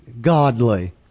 godly